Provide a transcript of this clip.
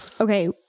okay